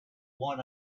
won